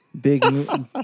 Big